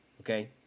Okay